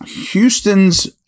Houston's